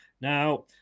Now